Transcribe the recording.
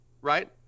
right